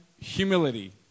humility